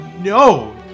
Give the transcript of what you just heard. No